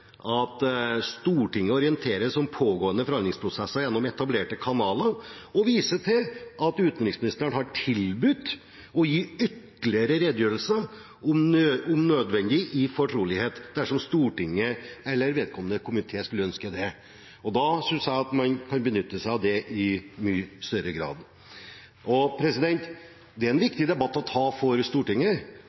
at utenriksministeren har tilbudt å gi ytterligere redegjørelser, om nødvendig i fortrolighet, dersom Stortinget eller vedkommende komité skulle ønske det», og da synes jeg at man kan benytte seg av det i mye større grad. Det er en viktig debatt å ta for Stortinget.